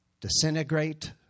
disintegrate